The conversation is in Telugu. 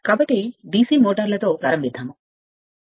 కాబట్టి DC మోటారులతో ప్రారంభించండి